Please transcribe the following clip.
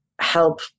help